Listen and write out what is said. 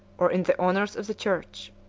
or in the honors of the church.